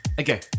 Okay